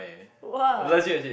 !wah!